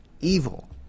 evil